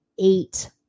eight